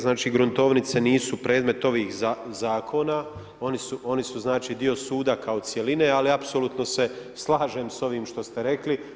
Znači, gruntovnice nisu predmet ovih zakona, oni su znači, dio suda kao cjeline, ali apsolutno se slažem s ovim što ste rekli.